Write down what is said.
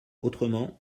autrement